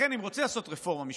לכן, אם רוצים לעשות רפורמה משפטית,